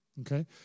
Okay